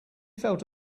felt